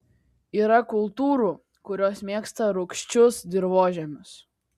yra kultūrų kurios mėgsta rūgčius dirvožemius